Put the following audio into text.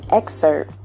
excerpt